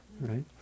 Right